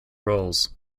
roles